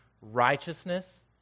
righteousness